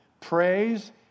praise